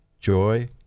joy